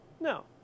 No